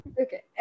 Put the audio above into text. okay